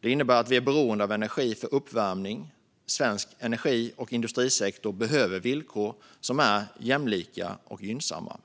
Det innebär att vi är beroende av energi för uppvärmning. Svensk energi och industrisektor behöver villkor som är jämlika och gynnsamma.